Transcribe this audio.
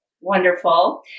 Wonderful